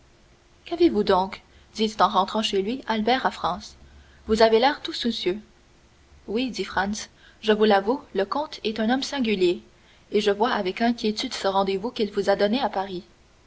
qu'avez-vous donc dit en rentrant chez lui albert à franz vous avez l'air tout soucieux oui dit franz je vous l'avoue le comte est un homme singulier et je vois avec inquiétude ce rendez-vous qu'il vous a donné à paris